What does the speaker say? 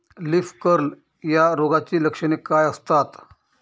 Leaf curl या रोगाची लक्षणे काय असतात?